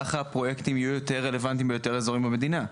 ככה הפרויקטים יהיו יותר רלוונטיים ביותר אזורים במדינה.